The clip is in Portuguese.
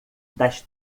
das